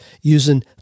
using